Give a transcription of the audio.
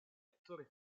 attore